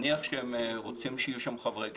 נניח שהם רוצים שיהיו שם חברי כנסת.